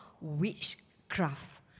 witchcraft